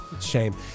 Shame